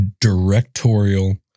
directorial